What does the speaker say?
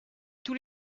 tous